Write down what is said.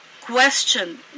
question